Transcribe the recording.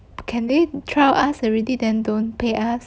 can they trial us already then don't pay us